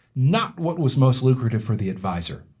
not what was most lucrative for the adviser.